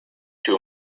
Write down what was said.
too